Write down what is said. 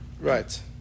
Right